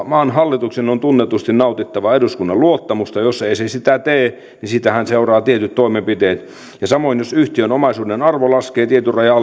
maan hallituksen on tunnetusti nautittava eduskunnan luottamusta ja jos ei se sitä tee niin siitähän seuraa tietyt toimenpiteet ja samoin jos yhtiön omaisuuden arvo laskee tietyn rajan